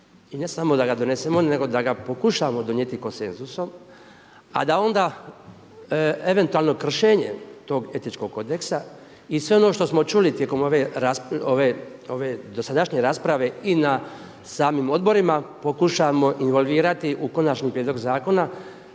i ne samo da ga donesemo nego da ga pokušamo donijeti konsenzusom a da onda eventualno kršenje tog etičkog kodeksa i sve ono što smo čuli tijekom ove dosadašnje rasprave i na samim odborima, pokušamo involvirati u konačni prijedlog zakona